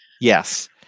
yes